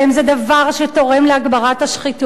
זה דבר שתורם להגברת השחיתות.